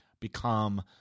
become –